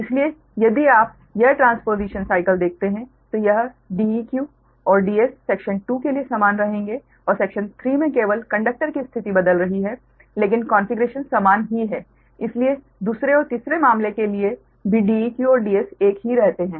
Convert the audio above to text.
इसलिए यदि आप यह ट्रांसपोज़िशन साइकल देखते हैं तो यह Deq और Ds सेक्शन 2 के लिए समान रहेंगे और सेक्शन 3 में केवल कंडक्टर की स्थिति बदल रही है लेकिन कॉन्फ़िगरेशन समान ही है इसलिए दूसरे और तीसरे मामले के लिए भी Deq और Ds एक ही रहते हैं